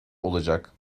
olacak